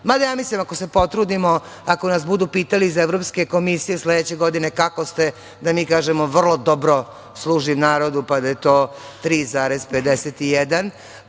ja mislim, ako se potrudimo, ako nas budu pitali iz Evropske komisije, sledeće godine – kako ste, da mi kažemo – vrlo dobro, služimo narodu, pa da je to 3,51.